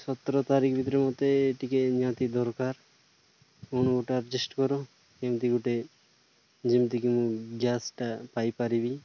ସତର ତାରିଖ ଭିତରେ ମୋତେ ଟିକିଏ ନିହାତି ଦରକାର କ'ଣ ଗୋଟେ ଆଡ଼୍ଜେଷ୍ଟ୍ କର କେମିତି ଗୋଟେ ଯେମିତିକି ମୁଁ ଗ୍ୟାସ୍ଟା ପାଇପାରିବି